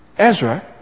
Ezra